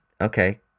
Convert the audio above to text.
Okay